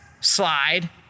slide